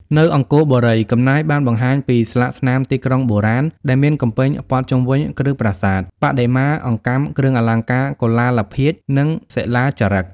នៅអង្គរបុរី កំណាយបានបង្ហាញពីស្លាកស្នាមទីក្រុងបុរាណដែលមានកំពែងព័ទ្ធជុំវិញ គ្រឹះប្រាសាទ បដិមា អង្កាំ គ្រឿងអលង្ការ កុលាលភាជន៍ និងសិលាចារឹក។